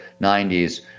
90s